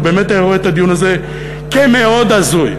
הוא באמת היה רואה את הדיון הזה כמאוד הזוי.